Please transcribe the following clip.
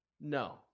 No